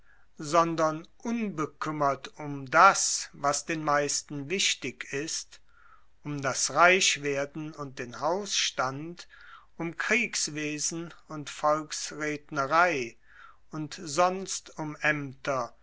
sondern unbekümmert um das was den meisten wichtig ist um das reichwerden und den hausstand um kriegswesen und volksrednerei und sonst um ämter